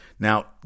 Now